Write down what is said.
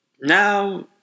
now